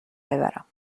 ببرم